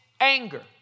anger